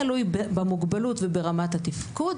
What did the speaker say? תלוי במוגבלות וברמת התפקוד,